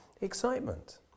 excitement